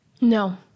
no